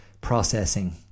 processing